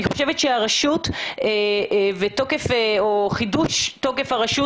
אני חושבת שהרשות או חידוש תוקף הרשות